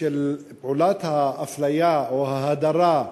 לפעולת ההפליה, או ההדרה,